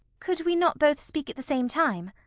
could we not both speak at the same time?